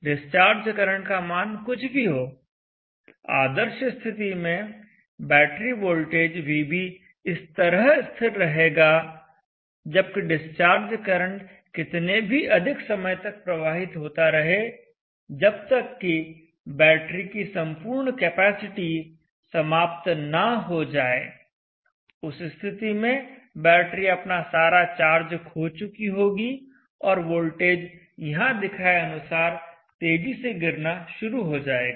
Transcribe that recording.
discharge current का मान कुछ भी हो आदर्श स्थिति में बैटरी वोल्टेज vb इस तरह स्थिर रहेगा जबकि डिस्चार्ज करंट कितने भी अधिक समय तक प्रवाहित होता रहे जब तक कि बैटरी की संपूर्ण कैपेसिटी समाप्त ना हो जाए उस स्थिति में बैटरी अपना सारा चार्ज खो चुकी होगी और वोल्टेज यहां दिखाए अनुसार तेजी से गिरना शुरू हो जाएगा